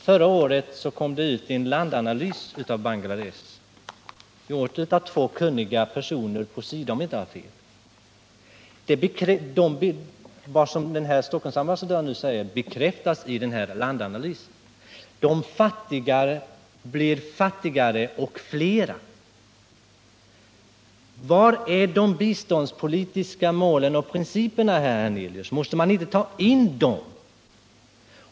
Förra året kom det ut en landanalys av Bangladesh, gjord av två kunniga personer på SIDA, om jag inte har fel. Vad Stockholmsambassadören säger bekräftas i landanalysen: de fattiga blir fattigare och flera. Var är de biståndspolitiska målen och principerna, herr Hernelius ? Måste man inte ta in dem i resonemanget?